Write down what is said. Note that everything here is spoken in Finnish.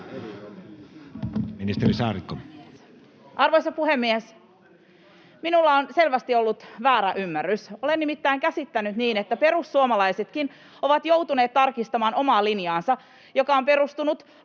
Content: Arvoisa puhemies! Minulla on selvästi ollut väärä ymmärrys. Olen nimittäin käsittänyt niin, että perussuomalaisetkin ovat joutuneet tarkistamaan omaa linjaansa, joka on perustunut